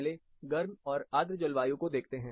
पहले गर्म और आद्र जलवायु को देखते हैं